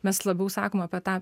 mes labiau sakom apie tą